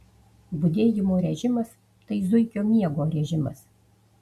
budėjimo režimas tai zuikio miego režimas